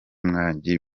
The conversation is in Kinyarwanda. mwagiye